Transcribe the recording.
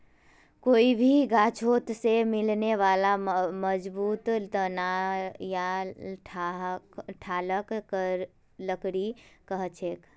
कोई भी गाछोत से मिलने बाला मजबूत तना या ठालक लकड़ी कहछेक